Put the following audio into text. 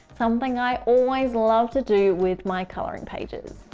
something i always love to do with my coloring pages.